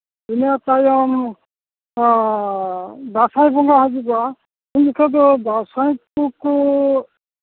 ᱤᱱᱟᱹ ᱛᱟᱭᱚᱢ ᱫᱟᱸᱥᱟᱭ ᱵᱚᱸᱜᱟ ᱦᱤᱡᱩᱜᱚᱜᱼᱟ ᱩᱱ ᱡᱚᱠᱷᱚᱱ ᱫᱚ ᱫᱟᱸᱥᱟᱭ ᱠᱚᱠᱚ